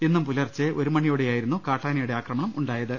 ഇന്ന് പുലർച്ചെ ഒരു മണി യോടെയായിരുന്നു കാട്ടാനയുടെ ആക്രമണമുണ്ടായത്